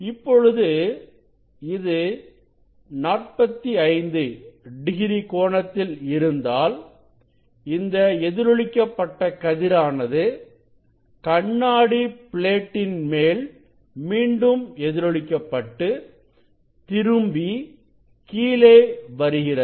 இப்பொழுது இது 45 டிகிரி கோணத்தில் இருந்தால் இந்த எதிரொலிக்க பட்ட கதிரானது கண்ணாடி பிளேட்டின் மேல் மீண்டும் எதிரொலிக்க பட்டு திரும்பி கீழே வருகிறது